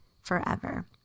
forever